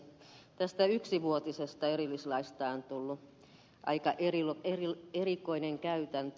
tästä yksivuotisesta erillislaista on tullut aika erikoinen käytäntö